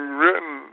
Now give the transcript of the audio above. written